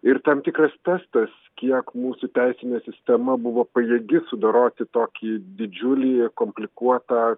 ir tam tikras testas kiek mūsų teisinė sistema buvo pajėgi sudoroti tokį didžiulį komplikuotą